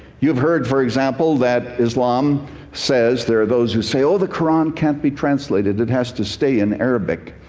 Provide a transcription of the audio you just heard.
you have heard, for example, that islam says there are those who say, oh, the quran can't be translated. it has to stay in arabic.